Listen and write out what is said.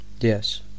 yes